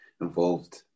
involved